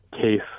case